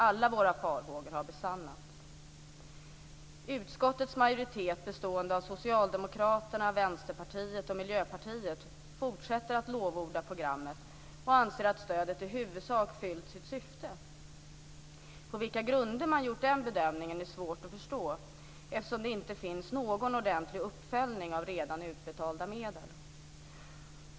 Alla våra farhågor har besannats. Utskottets majoritet, bestående av socialdemokrater, Miljöpartiet och Vänsterpartiet, fortsätter att lovorda programmet och anser att stödet i huvudsak fyller sitt syfte. På vilka grunder som man har gjort den bedömningen är svårt att förstå eftersom det inte finns någon ordentlig uppföljning av redan utbetalda medel.